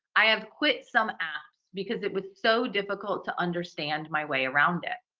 i have quit some app because it was so difficult to understand my way around it.